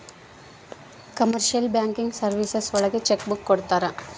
commercial banking services ಒಳಗ cheque book ಕೊಡ್ತಾರ